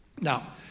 Now